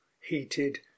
heated